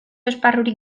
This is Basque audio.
esparrurik